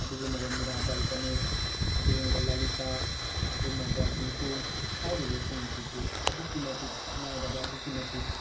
ꯑꯗꯨꯒꯨꯝꯂꯕ ꯃꯤꯔꯥꯕꯥꯏ ꯆꯅꯨ ꯑꯗꯨꯒꯨꯝꯂꯕ ꯂꯥꯂꯤꯇꯥ ꯑꯗꯨꯒꯨꯝꯂꯕ ꯗꯤꯡꯀꯨ ꯍꯥꯏꯔꯤꯕꯁꯤꯡ ꯑꯁꯤꯁꯨ ꯑꯗꯨꯛꯀꯤ ꯃꯇꯤꯛ ꯁꯛꯅꯥꯏꯔꯕ ꯑꯗꯨꯛꯀꯤ ꯃꯇꯤꯛ